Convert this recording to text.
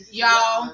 y'all